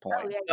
point